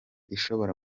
ishobora